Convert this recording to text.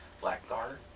Blackguard